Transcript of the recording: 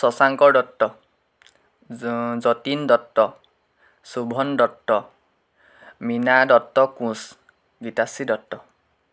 শশাংকৰ দত্ত য যতীন দত্ত সুভন দত্ত মীণা দত্ত কোঁচ গীতাশ্ৰী দত্ত